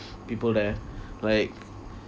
people there like